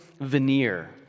veneer